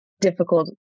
difficult